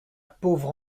pauvre